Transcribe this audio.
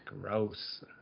Gross